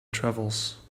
travels